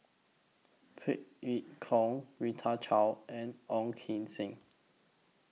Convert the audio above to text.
Phey Yew Kok Rita Chao and Ong Keng Sen